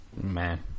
Man